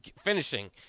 finishing